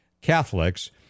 Catholics